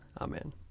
Amen